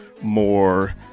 more